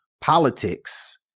politics